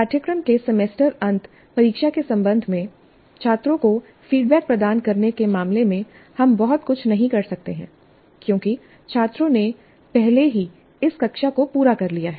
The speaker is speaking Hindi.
पाठ्यक्रम के सेमेस्टर अंत परीक्षा के संबंध में छात्रों को फीडबैक प्रदान करने के मामले में हम बहुत कुछ नहीं कर सकते हैं क्योंकि छात्रों ने पहले ही इस कक्षा को पूरा कर लिया है